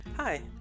Hi